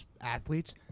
athletes